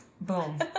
Boom